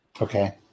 Okay